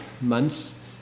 months